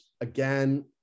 again